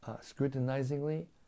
scrutinizingly